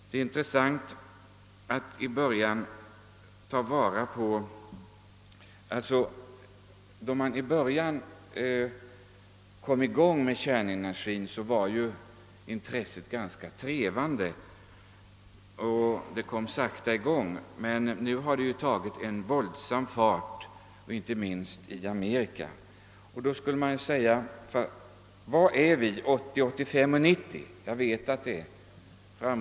Då man började använda kärnenergin var intresset ganska svagt och denna industri kom i gång långsamt. Men nu har den tagit en våldsam fart, inte minst i Amerika. Och då frågar man sig: Var är vi 1980, 1985 och 1990?